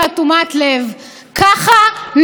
ארגון רבנים לזכויות אדם,